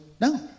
no